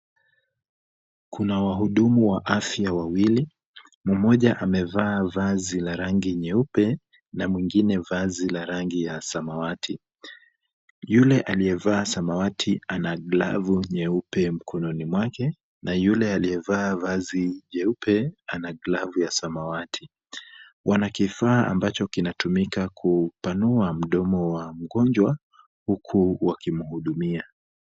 Kuna wahudumu wa afya wawili. Mmoja amevaa vazi la rangi nyeupe na mwingine vazi la rangi ya samawati. Yule aliyevaa samawati ana glavu nyeupe mkononi mwake na yule aliyevaa vazi jeupe ana glavu ya samawati. Wana kifaa ambacho kinatumika kupanua mdomo wa mgonjwa huku wakimhudumia.